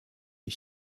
ich